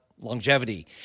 Longevity